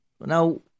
Now